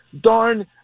darn